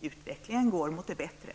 Utvecklingen går mot det bättre!